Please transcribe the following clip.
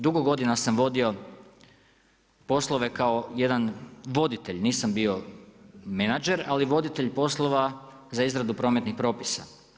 Dugo godina sam vodio poslove kao jedan voditelj, nisam bio menadžer, ali voditelj poslova za izradu prometnih propisa.